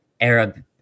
arab